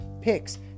picks